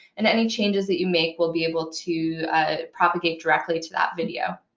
and any changes that you make will be able to propagate directly to that video.